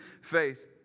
faith